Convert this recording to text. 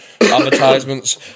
Advertisements